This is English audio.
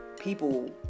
people